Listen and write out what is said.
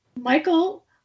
Michael